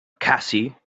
cassie